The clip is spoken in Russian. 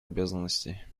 обязанностей